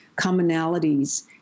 commonalities